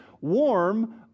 warm